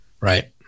Right